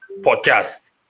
podcast